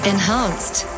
Enhanced